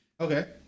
Okay